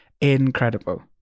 incredible